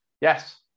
Yes